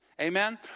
Amen